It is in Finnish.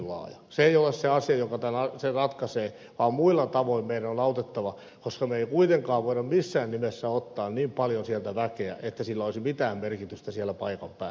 se ei ole se asia joka sen ratkaisee vaan muilla tavoin meidän on autettava koska me emme kuitenkaan voi missään nimessä ottaa niin paljon sieltä väkeä että sillä olisi mitään merkitystä siellä paikan päällä valitettavasti